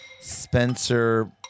Spencer